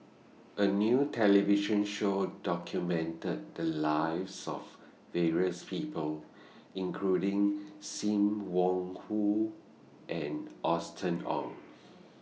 A New television Show documented The Lives of various People including SIM Wong Hoo and Austen Ong